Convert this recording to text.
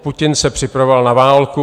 Putin se připravoval na válku.